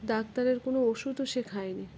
ডাক্তারের কোনো ওষুধও সে খায়নি